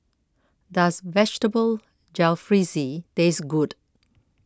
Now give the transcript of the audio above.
does Vegetable Jalfrezi taste good